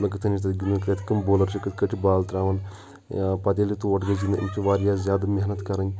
مےٚ کِتھ کِنۍ چھٕ تتٮ۪تھ گِنٛدُن کِتھ کنۍ بُولَر چھِ کِتھ کنۍ چھِ بال تراوان یا پَتہٕ ییٚلہِ یہِ تور گَژھِ گنٛدنہِ أمِس چھِ واریاہ زیادٕ محنت کرٕنۍ